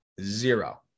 Zero